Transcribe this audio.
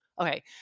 okay